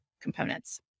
components